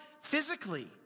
physically